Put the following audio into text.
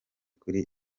kuri